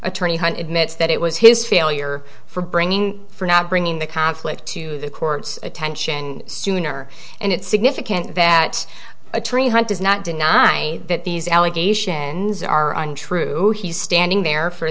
attorney hunt admits that it was his failure for bringing for not bringing the conflict to the court's attention sooner and it's significant that attorney hunt does not deny that these allegations are untrue he's standing there for